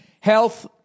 Health